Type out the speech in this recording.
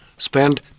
Spend